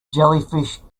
jellyfish